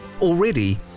Already